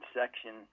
section